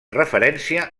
referència